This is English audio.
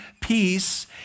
peace